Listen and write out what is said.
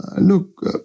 Look